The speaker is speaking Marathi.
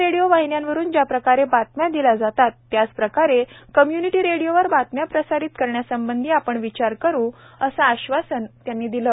रेडिओ वाहिन्यांवरून ज्या प्रकारे बातम्या दिल्या जातात त्याच प्रकारे कम्य्निटी रेडिओवर बातम्या प्रसारित करण्यासंबंधी आपण विचार करू असे आश्वासन त्यांनी दिले